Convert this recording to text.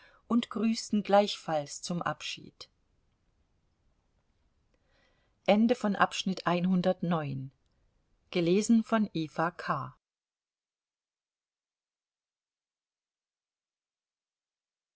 und grüßten gleichfalls zum abschied